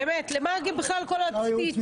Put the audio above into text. אין לך לא את ארבל ולא את שגית,